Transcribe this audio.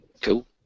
Cool